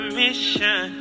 mission